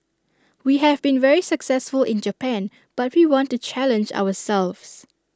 we have been very successful in Japan but we want to challenge ourselves